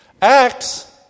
Acts